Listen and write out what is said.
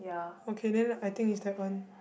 okay then I think is that one